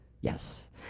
Yes